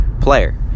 player